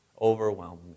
overwhelmed